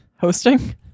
hosting